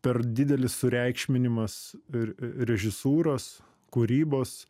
per didelis sureikšminimas r režisūros kūrybos